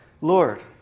Lord